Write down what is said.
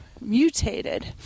mutated